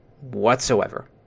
Whatsoever